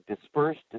dispersed